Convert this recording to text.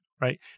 right